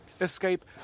Escape